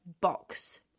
box